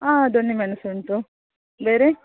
ಹಾಂ ದೊಣ್ಣೆಮೆಣ್ಸು ಉಂಟು ಬೇರೆ